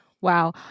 Wow